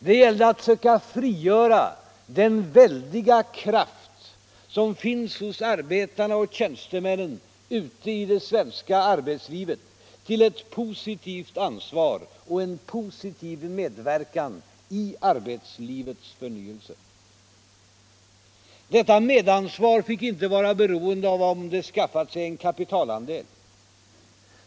Det gällde att söka frigöra den väldiga kraft som fanns hos arbetarna och tjänstemännen ute i det svenska arbetslivet, till ett positivt ansvar och en positiv medverkan i arbetslivets förnyelse. Detta medansvar fick inte vara beroende av om de skaffat sig en kapitalandel.